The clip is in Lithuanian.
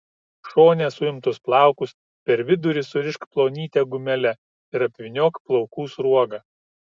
šone suimtus plaukus per vidurį surišk plonyte gumele ir apvyniok plaukų sruoga